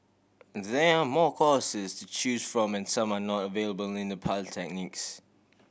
there are more courses to choose from and some are not available in the polytechnics